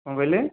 କ'ଣ କହିଲେ